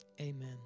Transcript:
amen